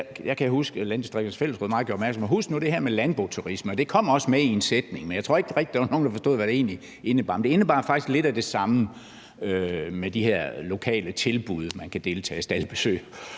jeg kan huske, at Landdistrikternes Fællesråd gjorde opmærksom på, at man skulle huske det her med landboturisme, og det kom også med i en sætning, men jeg tror ikke rigtig, at der var nogen, der forstod, hvad det egentlig indebar. Men det indebar faktisk lidt af det samme med de her lokale tilbud som staldbesøg,